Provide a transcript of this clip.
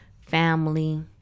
family